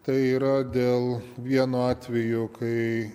tai yra dėl vieno atvejo kai